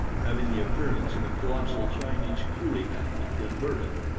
having the appearance of a colossal chinese coolie hat, inverted.